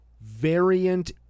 variant